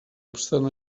obstant